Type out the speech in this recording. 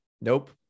Nope